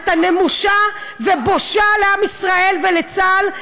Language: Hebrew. אתה נמושה ובושה לעם ישראל ולצה"ל.